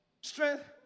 strength